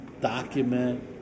document